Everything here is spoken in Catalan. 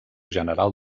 general